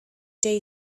day